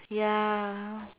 ya